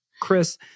Chris